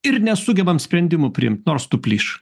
ir nesugebam sprendimų priimt nors tų plyš